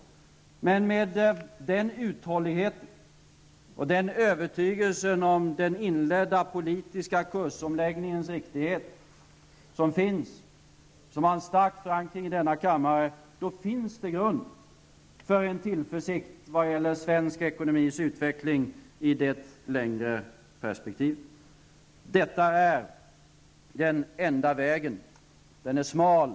Men med den uthållighet och den övertygelse om riktigheten i den inledda politiska kursomläggningen som finns och som har en stark förankring i denna kammare, finns det grund för en tillförsikt vad gäller svensk ekonomis utveckling i det längre perspektivet. Detta är den enda vägen. Den är smal.